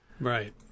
Right